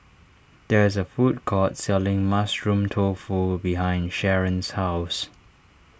there is a food court selling Mushroom Tofu behind Sharron's house